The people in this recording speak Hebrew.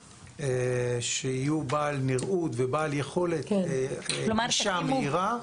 שיהיו בעל נראות ובעל יכולת גישה מהירה.